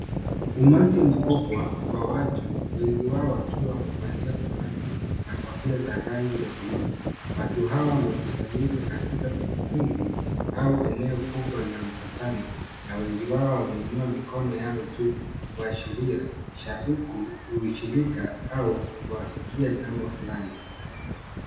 Umati mkubwa wa watu. Wengine wao wakiwa wamevalia fulana na kofia za rangi ya buluu. Watu hawa, wamekusanyika katika ukumbi au eneo kubwa la mkutano na wengi wao wameinua mikono yao juu, kuashiria shauku, ushirika au kuafikia jambo fulani.